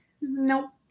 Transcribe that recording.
Nope